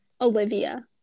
Olivia